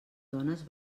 dones